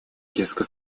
резко